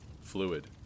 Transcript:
Fluid